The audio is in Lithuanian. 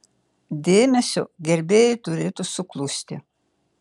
dėmesio gerbėjai turėtų suklusti